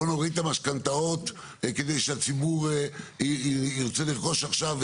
בוא נוריד את המשכנתאות כדי שהציבור ירצה לרכוש עכשיו,